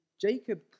Jacob